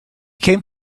came